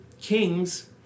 kings